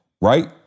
right